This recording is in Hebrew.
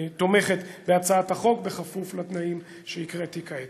תומכת בהצעת החוק, כפוף לתנאים שהקראתי כעת.